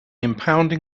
impounding